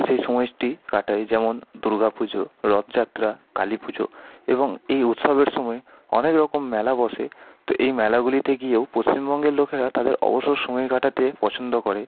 সেই সময়টি কাটায় যেমন দুর্গা পুজো রথ যাত্রা কালী পুজো এবং এই উৎসবের সময় অনেক রকম মেলা বসে তো এই মেলাগুলিতে গিয়েও পশ্চিমবঙ্গের লোকেরা তাদের অবসর সময় কাটাতে পছন্দ করে